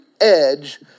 edge